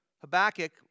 Habakkuk